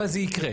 אבל זה יקרה.